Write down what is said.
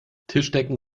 tischdecken